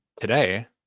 Today